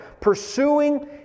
pursuing